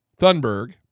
Thunberg